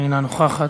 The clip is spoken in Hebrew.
אינה נוכחת.